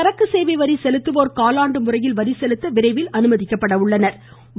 சரக்கு சேவைவரி செலுத்துவோர் காலாண்டு முறையில் வரிசெலுத்த விரைவில் அனுமதிக்கப்படுவார்கள்